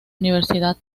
universidad